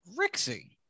Rixie